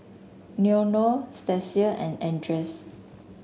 Leonore Stasia and Andres